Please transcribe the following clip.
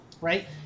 right